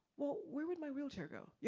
where would my wheelchair go? yeah